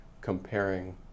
comparing